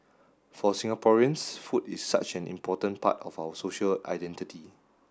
for Singaporeans food is such an important part of our social identity